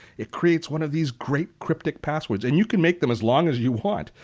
it creates one of these great cryptic passwords and you can make them as long as you want.